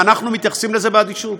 ואנחנו מתייחסים לזה באדישות.